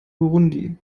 burundi